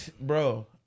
bro